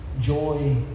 joy